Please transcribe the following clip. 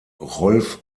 rolf